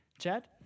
Chad